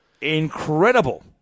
incredible